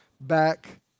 back